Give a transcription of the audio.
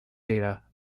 data